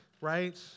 right